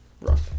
Rough